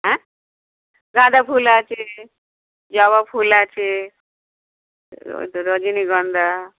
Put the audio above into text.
হ্যাঁ গাঁদা ফুল আছে জবা ফুল আছে রজনীগন্ধা